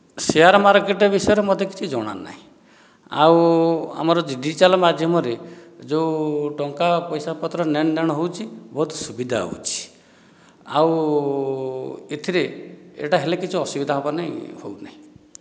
share market ବିଷୟରେ ମୋତେ କିଛି ଜଣା ନାହିଁ ଆଉ ଆମର ଡିଜିଟାଲ୍ ମାଧ୍ୟମରେ ଯେଉଁ ଟଙ୍କା ପଇସାପତ୍ର ନେଣଦେଣ ହେଉଛି ବହୁତ ସୁବିଧା ହେଉଛି ଆଉ ଏଥିରେ ଏଇଟା ହେଲେ କିଛି ଅସୁବିଧା ହେବନାହିଁ ହେଉନାହିଁ